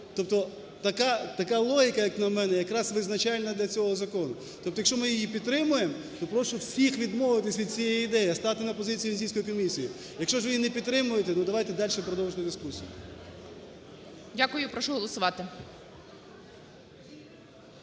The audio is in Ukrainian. Тобто така логіка, як на мене, якраз визначальна для цього закону. Тобто, якщо ми її підтримаємо, то прошу всіх відмовитися від цієї ідеї, а стати на позицію Венеційської комісії. Якщо ж ви її не підтримуєте, давайте далі продовжувати дискусію. ГОЛОВУЮЧИЙ. Дякую. Прошу голосувати.